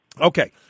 Okay